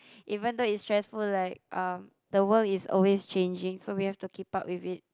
even though it's stressful like um the world is always changing so we have to keep up with it